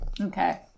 Okay